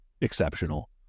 exceptional